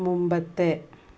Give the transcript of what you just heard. മുമ്പത്തെ